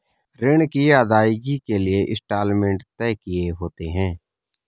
ऋण की अदायगी के लिए इंस्टॉलमेंट तय किए होते हैं